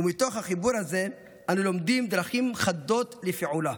ומתוך החיבור הזה אנו לומדים דרכים חדשות לפעולה.